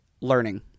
learning